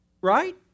Right